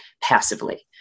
passively